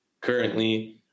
currently